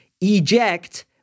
Eject